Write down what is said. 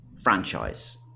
franchise